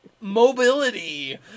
mobility